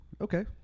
okay